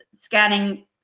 scanning